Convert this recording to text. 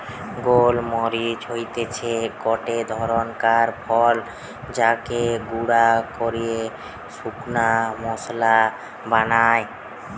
গোল মরিচ হতিছে গটে ধরণকার ফল যাকে গুঁড়া কইরে শুকনা মশলা বানায়